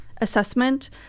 assessment